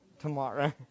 tomorrow